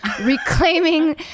reclaiming